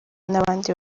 n’abandi